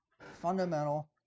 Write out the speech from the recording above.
fundamental